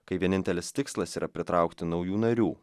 kai vienintelis tikslas yra pritraukti naujų narių